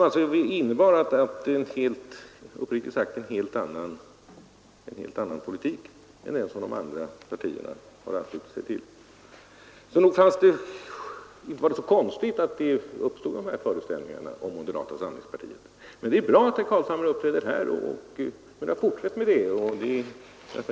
Det innebär uppriktigt sagt en helt annan politik än den som de andra partierna anslutet sig till. Därför var det inte så konstigt att de här föreställningarna om moderata samlingspartiet uppstod. Men det är bra att herr Carlshamre här uppträder på ett annat sätt. Fortsätt med det!